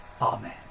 Amen